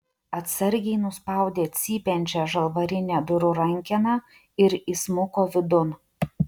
atsargiai nuspaudė cypiančią žalvarinę durų rankeną ir įsmuko vidun